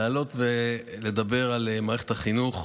לעלות ולדבר על מערכת החינוך,